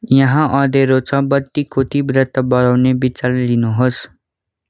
यहाँ अँध्यारो छ बत्तीको तीव्रता बढाउने विचार लिनुहोस्